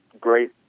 great